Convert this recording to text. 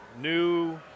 new